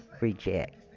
reject